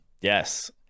Yes